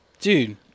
Dude